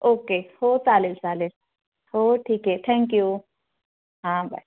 okay हो चालेल चालेल हो ठीक आहे थँक्यू हां बाय